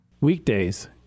Weekdays